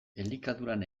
elikaduran